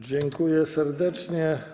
Dziękuję serdecznie.